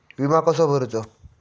विमा कसो भरूचो?